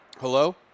Hello